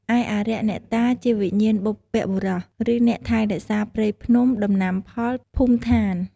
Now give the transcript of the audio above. ឯអារក្ស អ្នកតា ជាវិញ្ញាណបុព្វបុរស ឬអ្នកថែរក្សាព្រៃភ្នំ ដំណាំផល ភូមិឋាន។